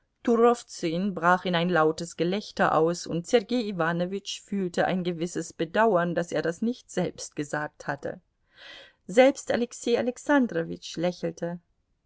brach in ein lautes gelächter aus und sergei iwanowitsch fühlte ein gewisses bedauern daß er das nicht selbst gesagt hatte selbst alexei alexandrowitsch lächelte